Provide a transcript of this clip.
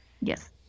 Yes